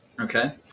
okay